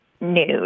nude